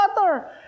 water